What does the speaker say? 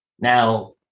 Now